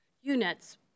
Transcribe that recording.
units